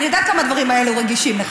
אני יודעת כמה הדברים האלה רגישים לך.